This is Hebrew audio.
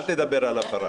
אל תדבר על הפרה.